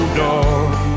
dark